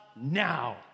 now